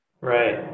Right